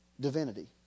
divinity